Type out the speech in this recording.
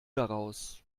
daraus